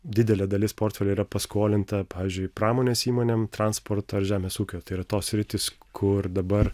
didelė dalis portfelyje yra paskolinta pavyzdžiui pramonės įmonėms transporto ar žemės ūkio tai yra tos sritys kur dabar